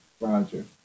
Roger